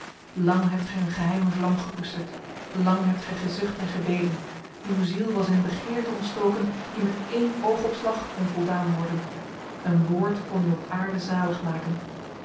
lang hebt gij een geheime vlam gekoesterd lang hebt gij gezucht en gebeden uw ziel was in een begeerte ontstoken die met één oogopslag kon voldaan worden een woord kon u op aarde zalig maken